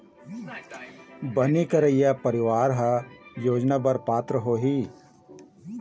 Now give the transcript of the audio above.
बनी करइया परवार ह ए योजना बर पात्र होही